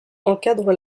encadrent